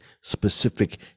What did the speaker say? specific